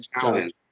challenge